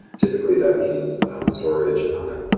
typically that means storage on a